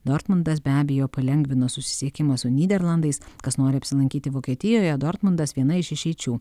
dortmundas be abejo palengvino susisiekimą su nyderlandais kas nori apsilankyti vokietijoje dortmundas viena iš išeičių